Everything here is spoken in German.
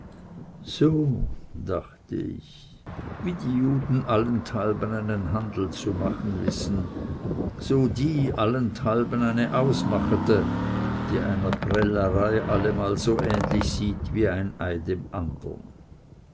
so dachte ich wie die juden allenthalben einen handel zu machen wissen so die allenthalben eine ausmachete die einer prellerei allemal so ähnlich sieht wie ein ei dem andern